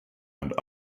and